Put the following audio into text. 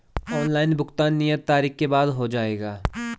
Online भुगतान नियत तारीख के बाद हो जाएगा?